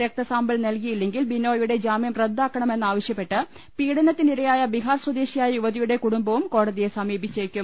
രക്തസാമ്പിൾ നൽകിയില്ലെ ങ്കിൽ ബിനോയിയുടെ ജാമ്യം റദ്ദാക്കാണമെന്നാവശ്യപ്പെട്ട് പീഡനത്തിനിര്യായ ബിഹാർ സ്വദേശിയായ യുവതിയുടെ കുടുംബവും കോടതിയെ സമീപിച്ചേക്കും